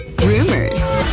rumors